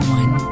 one